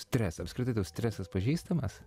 stresą apskritai tau stresas pažįstamas